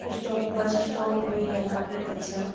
stop bus stop भी है यहाँ पर अच्छा